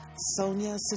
Sonia